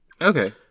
Okay